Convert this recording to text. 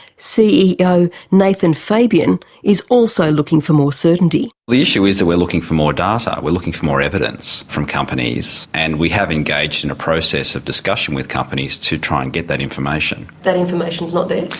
ceo nathan fabian is also looking for more certainty. the issue is that we're looking for more data we're looking for more evidence from companies and we have engaged in a process of discussion with companies to try and get that information. that information's not there?